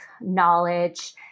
knowledge